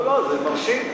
לא לא, זה מרשים.